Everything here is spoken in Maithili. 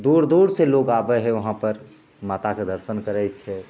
दूर दूर से लोग आबै है वहाँ पर माताके दर्शन करैत छै